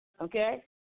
okay